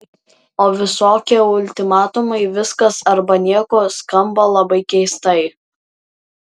o visokie ultimatumai viskas arba nieko skamba labai keistai